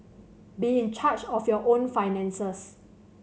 be in charge of your own finances